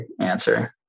answer